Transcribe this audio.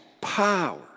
power